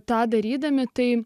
tą darydami tai